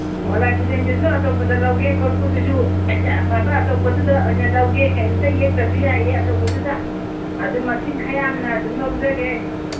ꯑꯣ ꯂꯥꯏ ꯈꯨꯗꯦꯡꯗꯨꯁꯨ ꯑꯆꯧꯕꯗ ꯂꯧꯒꯦ ꯀꯣꯔꯐꯨꯗꯨꯁꯨ ꯑꯐꯕ ꯑꯆꯧꯕꯗꯨꯗ ꯑꯣꯏꯅ ꯂꯧꯒꯦ ꯀꯩꯝꯇ ꯌꯦꯛꯇ꯭ꯔꯁꯨ ꯌꯥꯏꯌꯦ ꯑꯆꯧꯕꯗꯨꯗ ꯑꯗꯨꯝ ꯃꯁꯤꯡ ꯈꯔ ꯌꯥꯝꯅ ꯑꯗꯨꯝ ꯂꯧꯖꯒꯦ